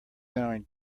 going